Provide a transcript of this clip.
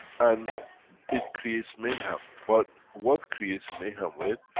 and it creates mayhem, but what creates mayhem with,